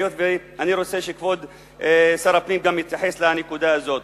היות שאני רוצה שכבוד שר הפנים יתייחס גם לנקודה הזאת.